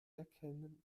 erkennen